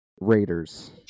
Raiders